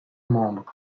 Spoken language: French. membres